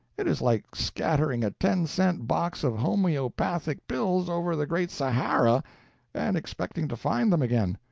it is like scattering a ten-cent box of homoeopathic pills over the great sahara and expecting to find them again.